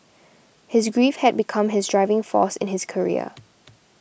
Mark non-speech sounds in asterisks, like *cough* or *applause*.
his grief had become his driving force in his career *noise*